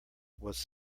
was